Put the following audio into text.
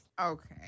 Okay